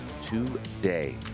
today